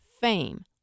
Fame